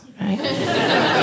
right